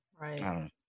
Right